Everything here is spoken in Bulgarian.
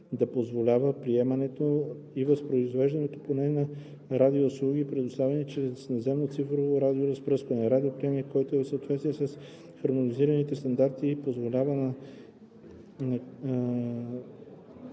да позволява приемането и възпроизвеждането поне на радиоуслуги, предоставяни чрез наземно цифрово радиоразпръскване. Радиоприемник, който е в съответствие с хармонизираните стандарти, позоваванията